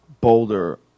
Boulder